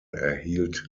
erhielt